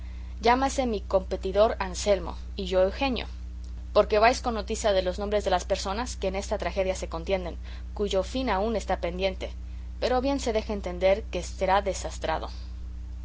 llámase mi competidor anselmo y yo eugenio porque vais con noticia de los nombres de las personas que en esta tragedia se contienen cuyo fin aún está pendiente pero bien se deja entender que será desastrado